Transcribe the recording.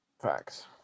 Facts